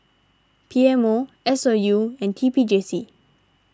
P M O S O U and T P J C